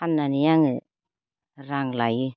फाननानै आङो रां लायो